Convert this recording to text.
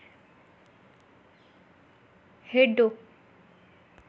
खेढो